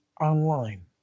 online